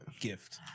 Gift